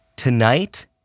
Tonight